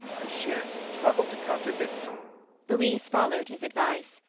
i shan't trouble to contradict louise followed his advice,